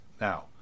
Now